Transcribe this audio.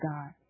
God